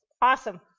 Awesome